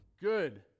good